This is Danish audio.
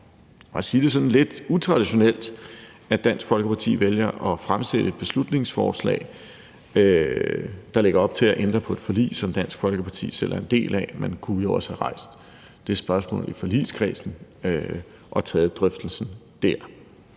lad os sige det sådan, lidt utraditionelt, at Dansk Folkeparti vælger at fremsætte et beslutningsforslag, der lægger op til at ændre på et forlig, som Dansk Folkeparti selv er en del af. Man kunne jo også have rejst det spørgsmål i forligskredsen og have taget drøftelsen dér.